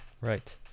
right